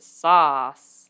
sauce